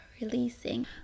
releasing